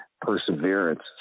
Perseverance